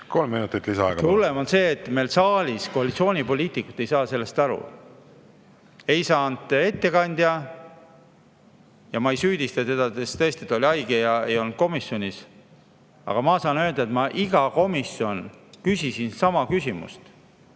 Kolm minutit lisaaega. Kõige hullem on see, et meil saalis koalitsioonipoliitikud ei saa sellest aru, ei saanud ka ettekandja. Ja ma ei süüdista teda, sest tõesti ta oli haige ja ei olnud komisjonis. Aga ma saan öelda, et ma igal komisjoni [istungil] küsisin sama küsimust.